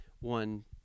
one